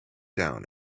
down